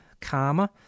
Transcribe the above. karma